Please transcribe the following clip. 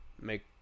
make